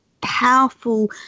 powerful